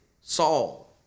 Saul